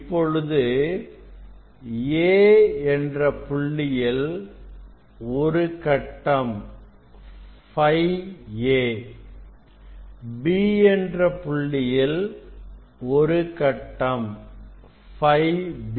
இப்பொழுது A என்ற புள்ளியில்உள்ள கட்டம் Φ A B என்ற புள்ளியில் உள்ள கட்டம் Φ B